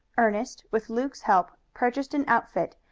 ernest, with luke's help, purchased an outfit,